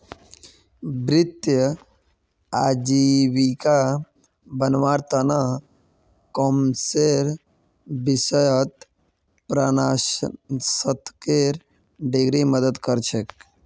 वित्तीय आजीविका बनव्वार त न कॉमर्सेर विषयत परास्नातकेर डिग्री मदद कर छेक